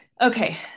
Okay